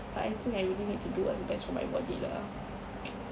but I think I really need to do what's best for my body lah